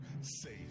safe